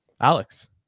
Alex